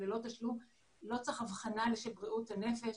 לא צריך אבחנה של בריאות הנפש.